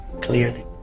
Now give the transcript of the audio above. clearly